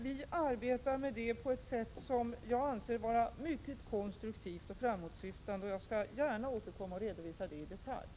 Vi arbetar med det på ett sätt som jag anser vara mycket konstruktivt och framåtsyftande, och jag skall gärna återkomma och redovisa det i detalj.